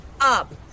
up